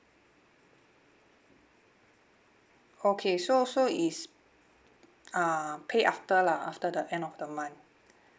okay so so is uh pay after lah after the end of the month